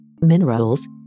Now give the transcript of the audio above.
minerals